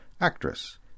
actress